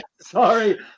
sorry